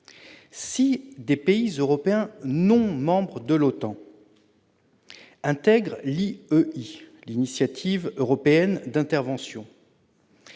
si des pays européens non membres de l'OTAN intègrent l'IEI, l'initiative européenne d'intervention,